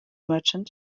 merchant